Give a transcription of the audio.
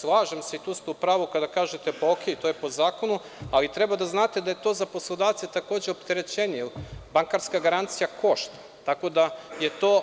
Slažem se i tu ste u pravu kada kažete - to je po zakonu, ali treba da znate da je to za poslodavca takođe opterećenje, jer bankarska garancija košta, tako da je to